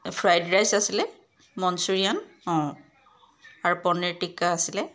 fried rice আছিলে manchurian অঁ আৰু পনীৰ টীক্কা আছিলে